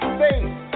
face